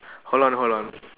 hold on hold on